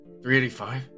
385